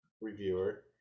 reviewer